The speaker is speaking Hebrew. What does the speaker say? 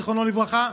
זיכרונו לברכה.